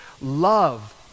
Love